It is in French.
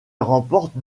remporte